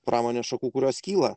pramonės šakų kurios kyla